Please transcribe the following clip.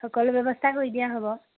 সকলো ব্যৱস্থা কৰি দিয়া হ'ব